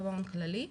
במעון כללי,